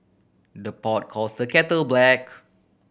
the pot calls the kettle black